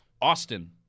Austin